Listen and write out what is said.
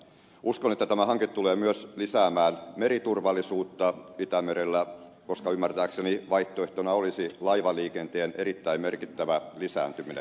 uskon että tämä hanke tulee myös lisäämään meriturvallisuutta itämerellä koska ymmärtääkseni vaihtoehtona olisi laivaliikenteen erittäin merkittävä lisääntyminen